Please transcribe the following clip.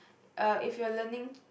uh if you're learning